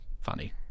funny